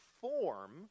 form